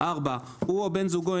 הוא או בן זוגו,